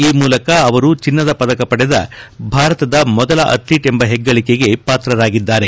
ಈ ಮೂಲಕ ಅವರು ಚಿನ್ನದ ಪದಕ ಪಡೆದ ಭಾರತದ ಮೊದಲ ಅಥ್ಲೀಟ್ ಎಂಬ ಹೆಗ್ಗಳಿಕೆಗೆ ಪಾತ್ರರಾಗಿದ್ದಾರೆ